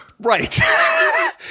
Right